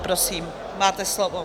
Prosím, máte slovo.